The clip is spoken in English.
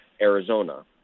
Arizona